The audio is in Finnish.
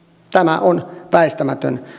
tämä on väistämätön